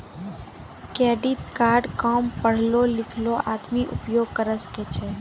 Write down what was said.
Credit card काम पढलो लिखलो आदमी उपयोग करे सकय छै?